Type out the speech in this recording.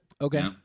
Okay